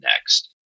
next